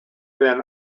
then